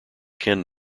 ken